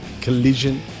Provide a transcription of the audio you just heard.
Collision